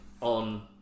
on